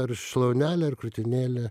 ar šlaunelę ar krūtinėlę